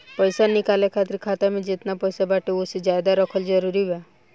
पईसा निकाले खातिर खाता मे जेतना पईसा बाटे ओसे ज्यादा रखल जरूरी बा?